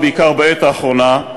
ובעיקר בעת האחרונה,